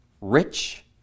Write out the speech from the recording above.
rich